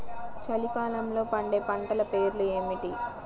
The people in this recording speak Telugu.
చలికాలంలో పండే పంటల పేర్లు ఏమిటీ?